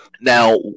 Now